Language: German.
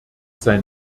sein